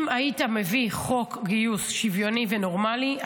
אם היית מביא חוק גיוס שוויוני ונורמלי,